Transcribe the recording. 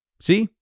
See